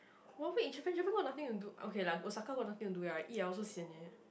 one week in Japan Japan got nothing to do okay lah Osaka also got nothing to do right eat I also sian eh